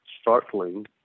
startling